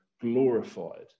glorified